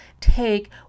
take